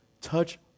touch